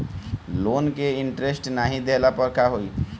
Loan के interest नाही देहले पर का होई?